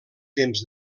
temps